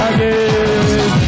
Again